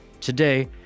Today